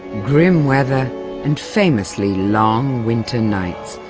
grim weather and famously long winter nights.